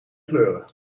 kleuren